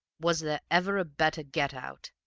was there ever a better get-out?